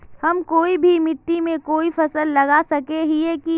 हम कोई भी मिट्टी में कोई फसल लगा सके हिये की?